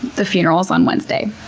the funeral is on wednesday.